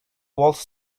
walked